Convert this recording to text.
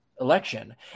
election